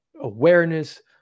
awareness